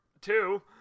two